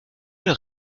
leur